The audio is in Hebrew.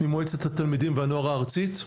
ממועצת התלמידים והנוער הארצית.